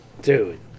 Dude